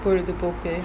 பொழுதுபோக்கு:pozhuthupoku